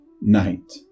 night